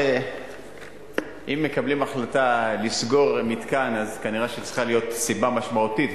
הרי אם מקבלים החלטה לסגור מתקן כנראה צריכה להיות סיבה משמעותית,